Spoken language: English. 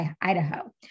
Idaho